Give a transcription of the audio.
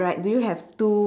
right do you have two